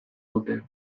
dute